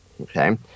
okay